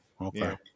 Okay